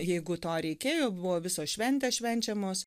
jeigu to reikėjo buvo visos šventės švenčiamos